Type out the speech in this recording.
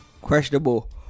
Questionable